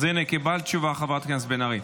אז הינה, קיבלת תשובה, חברת הכנסת בן ארי.